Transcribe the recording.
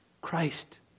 Christ